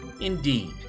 Indeed